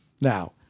now